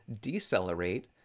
decelerate